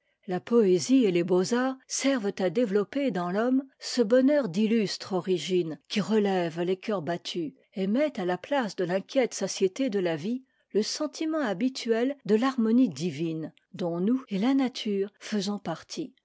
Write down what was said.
la poésie et les beaux-arts servent à développer dans l'homme ce bonheur d'illustre origine qui relève les cœurs abattus et met à la place de l'inquiète satiété de la vie le sentiment habituel de l'harmonie divine dont nous et la nature faisons partie